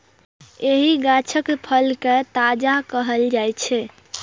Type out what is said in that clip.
एहि गाछक फल कें ताजा खाएल जाइ छै